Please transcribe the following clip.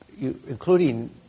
including